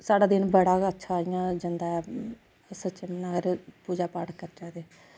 साढ़ा दिन बड़ा गै अच्छा इ'यां जंदा ऐ अस पूजा पाठ करचै जे